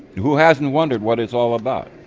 who hasn't wondered what it's all about?